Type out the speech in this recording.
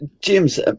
James